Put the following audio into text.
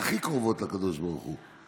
הכי קרובות לקדוש ברוך הוא,